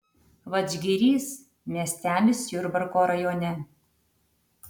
vadžgirys miestelis jurbarko rajone